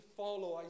follow